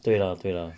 对啦对啦